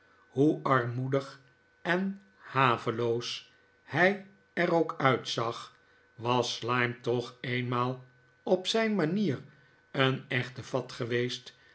hoe armoedig en haveloos hij er nu ook uitzag was slyme toch eenmaal op zijn manier een echte fat geweest